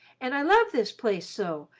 and i love this place so,